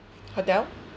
hotel